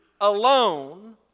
alone